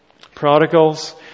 Prodigals